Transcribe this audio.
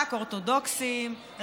רק אורתודוקסים,